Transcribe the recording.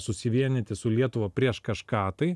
susivienyti su lietuva prieš kažką tai